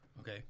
okay